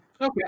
Okay